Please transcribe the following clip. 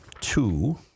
two